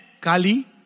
Kali